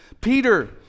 Peter